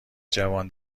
جوان